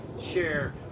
share